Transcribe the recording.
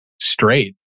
straight